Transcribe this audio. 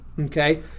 Okay